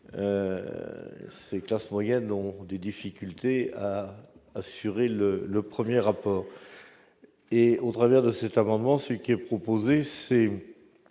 Les classes moyennes ont des difficultés à assurer le premier apport. Au travers de cet amendement, nous proposons